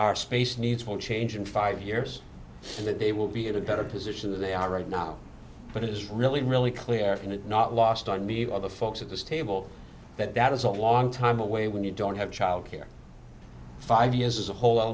our space needs will change in five years and that they will be in a better position than they are right now but it is really really clear and it not lost on me or the folks at this table that that is a long time away when you don't have childcare five years is